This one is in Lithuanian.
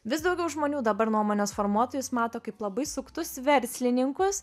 vis daugiau žmonių dabar nuomonės formuotojus mato kaip labai suktus verslininkus